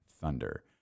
Thunder